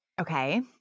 Okay